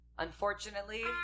Unfortunately